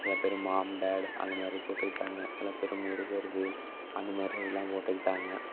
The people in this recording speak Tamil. சிலப்பேர் மாம் டாட் அந்தமாதிரி போட்டுக்கிட்டாங்க சிலப்பேர் முருகர் வேல் அந்தமாதிரி இதெலாம் போட்டுக்கிட்டாங்க